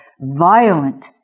violent